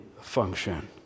function